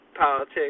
politics